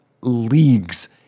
leagues